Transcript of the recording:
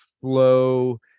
flow